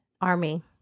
Army